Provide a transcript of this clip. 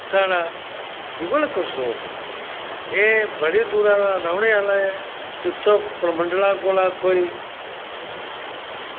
साढ़ा जुगल कशोर एह् बड़ी दूरा दा रौह्ने आह्ला ऐ इत्थुू परमंडला कोला कोई